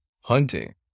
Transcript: Hunting